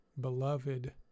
beloved